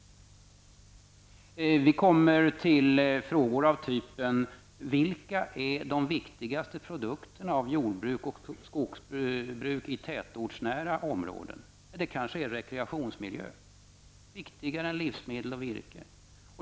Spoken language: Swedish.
Vi kommer till frågor av typen: Vilka är de viktigaste produkterna av jordbruket och skogsbruket i tätortsnära områden eller kanske rekreationsmiljöerna är, viktigare än livsmedel och virke?